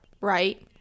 right